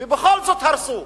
ובכל זאת הרסו.